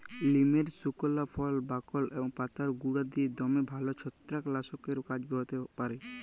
লিমের সুকলা ফল, বাকল এবং পাতার গুঁড়া দিঁয়ে দমে ভাল ছত্রাক লাসকের কাজ হ্যতে পারে